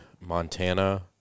Montana